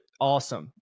awesome